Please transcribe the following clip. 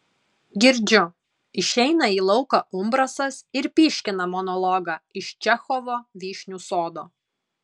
girdžiu išeina į lauką umbrasas ir pyškina monologą iš čechovo vyšnių sodo